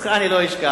אותך אני לא אשכח,